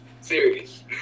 Serious